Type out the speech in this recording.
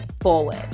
forward